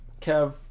Kev